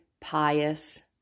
pious